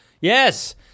Yes